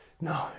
No